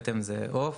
פטם זה עוף.